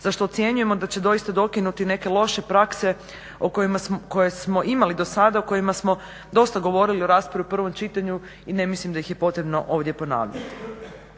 zašto ocjenjujemo da će doista dokinuti neke loše prakse o kojima smo, koje smo imali do sada, o kojima smo dosta govorili o raspravi u prvom čitanju i ne mislim da ih je potrebno ovdje ponavljati.